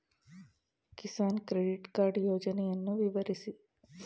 Kisan credit card ಯೋಜನೆಯನ್ನು ವಿವರಿಸಿ?